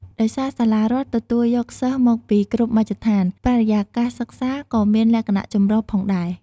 ដោយសារតែសាលារដ្ឋទទួលយកសិស្សមកពីគ្រប់មជ្ឈដ្ឋាន បរិយាកាសសិក្សាក៏មានលក្ខណៈចម្រុះផងដែរ។